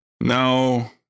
No